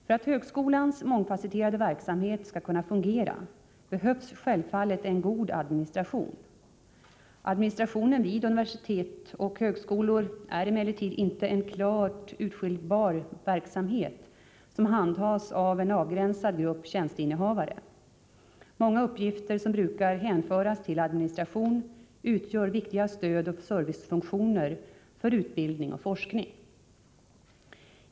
För att högskolans mångfasetterade verksamhet skall kunna fungera behövs självfallet en god administration. Administrationen vid universitet och högskolor är emellertid inte en klart urskiljbar verksamhet som handhas av en avgränsad grupp tjänsteinnehavare. Många uppgifter som brukar hänföras till administration utgör viktiga stödoch servicefunktioner för utbildning och forskning.